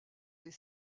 des